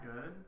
good